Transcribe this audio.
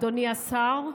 אדוני השר,